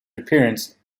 appearance